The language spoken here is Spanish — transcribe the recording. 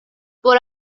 por